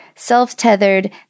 Self-tethered